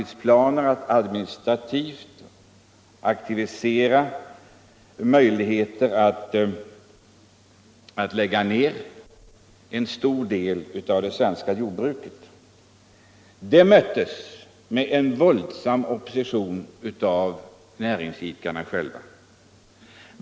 Det fanns planer på att lägga ner en stor del av det svenska jordbruket, men dessa möttes med en våldsam opposition av näringsidkarna själva.